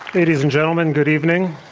ladies and gentlemen, good evening.